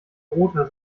roter